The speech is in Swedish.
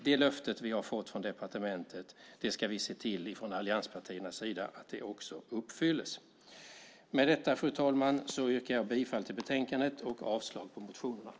Det löfte vi har fått från departementet ska vi från allianspartiernas sida se till uppfylls. Med detta, fru talman, yrkar jag bifall till förslaget i betänkandet och avslag på motionerna.